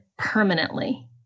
Permanently